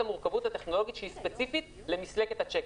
המורכבות הטכנולוגית שהיא ספציפית למסלקת הצ'קים.